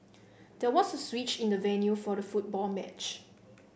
there was a switch in the venue for the football match